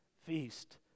feast